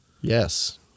Yes